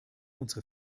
unsere